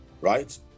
right